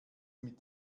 mit